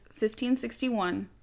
1561